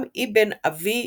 גם אבן אבי